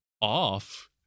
off